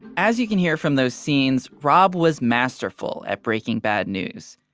as you can hear from those scenes. rob was masterful at breaking bad news.